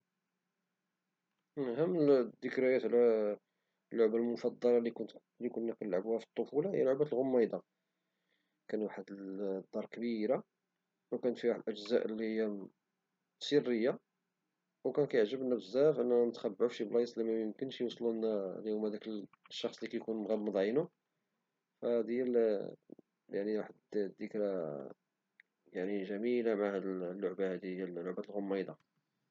من أهم الذكريات على اللعبة المفضلة لي كنا كنلعبوها في الطفولة هي لعبة الغميضة كان واحد الدار كبيرة وكان فيها واحد الأجزاء لي هي سرية وكان كيعجبنا بزاف أننا نتخبعو فشي بلايص لي ميكنشي يوصلونا داك الشخص لي كيكون مغمض عينو وهدي هي واحد الذكرى جميلة مع هد اللعبة ديال الغميضة.